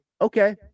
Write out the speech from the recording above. okay